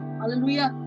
Hallelujah